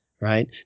right